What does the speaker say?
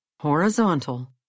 horizontal